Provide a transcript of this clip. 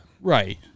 Right